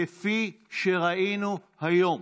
כפי שראינו היום.